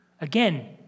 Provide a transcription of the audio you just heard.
Again